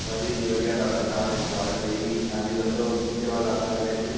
ਵਧੀਆ ਜੀ ਵਧੀਆ ਤੁਹਾਡਾ ਦੁਕਾਨ ਵਿੱਚ ਸਵਾਗਤ ਹੈ ਜੀ ਹਾਂਜੀ ਦੱਸੋ ਕੀ ਸੇਵਾ ਕਰ ਸਕਦੇ ਹਾਂ ਜੀ